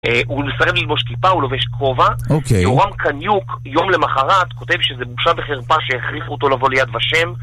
הוא מסרב ללבוש כיפה, הוא לובש כובע, יורם קניוק יום למחרת כותב שזה בושה וחרפה שהכריחו אותו לבוא ליד ושם